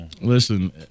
Listen